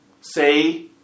Say